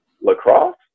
lacrosse